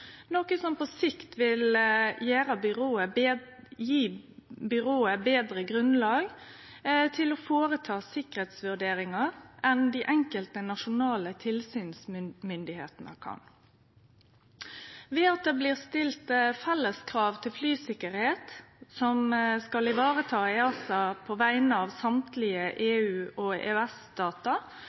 noko som på sikt vil gje byrået eit betre grunnlag for å gjere sikkerheitsvurderingar enn dei enkelte nasjonale tilsynsmyndigheitene kan. Ved at det blir stilt felles krav til flysikkerheit, som skal varetas av EASA på vegner av alle EU/EØS-statar, vil regelverket på sikt kunne auke flysikkerheita innan EU/EØS-området. Transport- og